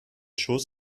schuss